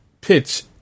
pitch